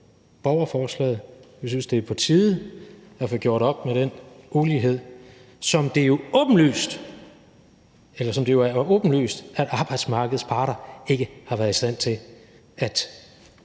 borgerforslaget. Vi synes, det er på tide at få gjort op med den ulighed, som det jo er åbenlyst, at arbejdsmarkedets parter ikke har været i stand til at